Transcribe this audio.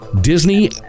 Disney